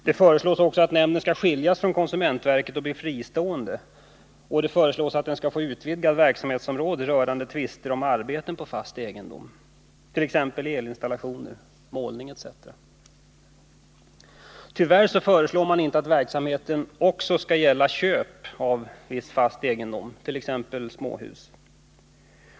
Det föreslås också att nämnden skall skiljas från konsumentverket och bli fristående, och det föreslås att den skall få utvidgat verksamhetsområde när det gäller tvister om arbeten på fast egendom, t.ex. elinstallationer, målning etc. Tyvärr föreslår man inte att verksamheten också skall gälla köp av viss fast egendom, t.ex. småhus.